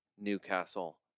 Newcastle